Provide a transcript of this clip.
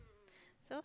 so